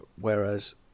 Whereas